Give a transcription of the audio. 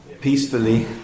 peacefully